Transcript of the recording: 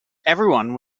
everyone